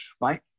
right